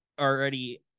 already